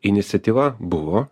iniciatyva buvo